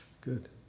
good